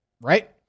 right